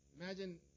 imagine